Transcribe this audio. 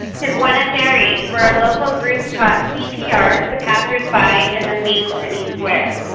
to buenos aries where a local group taught cpr to passersby in the main city square.